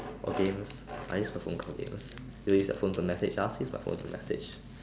or games I use my phone for games they use their phone to message I also use my phone to message